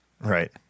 Right